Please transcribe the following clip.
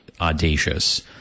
audacious